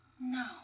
No